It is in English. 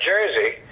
Jersey